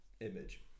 image